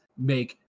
make